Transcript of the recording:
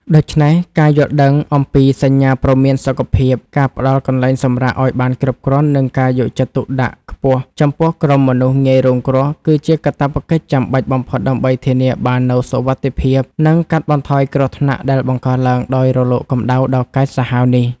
ដូច្នេះ ការយល់ដឹងអំពីសញ្ញាព្រមានសុខភាព ការផ្ដល់កន្លែងសម្រាកឱ្យបានគ្រប់គ្រាន់ និងការយកចិត្តទុកដាក់ខ្ពស់ចំពោះក្រុមមនុស្សងាយរងគ្រោះ គឺជាកាតព្វកិច្ចចាំបាច់បំផុតដើម្បីធានាបាននូវសុវត្ថិភាព និងកាត់បន្ថយគ្រោះថ្នាក់ដែលបង្កឡើងដោយរលកកម្ដៅដ៏កាចសាហាវនេះ។